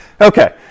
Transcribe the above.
Okay